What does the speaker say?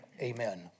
Amen